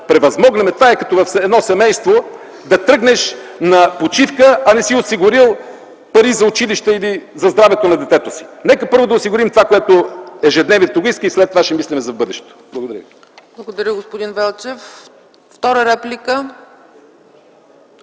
армията. Това е като в едно семейство да тръгнеш на почивка, а не си осигурил пари за училище или за здравето на детето си. Нека първо да осигурим това, което иска ежедневието, а след това ще мислим за бъдещето. Благодаря ви.